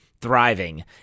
thriving